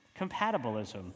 Compatibilism